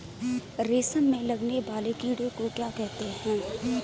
रेशम में लगने वाले कीड़े को क्या कहते हैं?